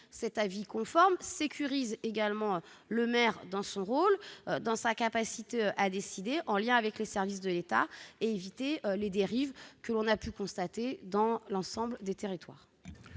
l'avis conforme, l'on sécurise également le maire dans son rôle, dans sa capacité à décider en lien avec les services de l'État, et l'on évite les dérives que l'on a pu constater dans l'ensemble des territoires.